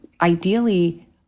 ideally